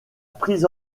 prise